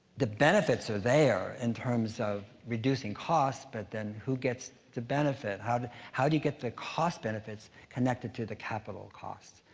the benefits are there in terms of reducing costs, but then who gets the benefit? how how do you get the cost benefits connected to the capital costs?